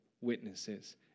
witnesses